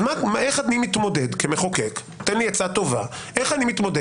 אז תן לי עצה טובה איך אני כמחוקק מתמודד